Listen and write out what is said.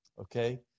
Okay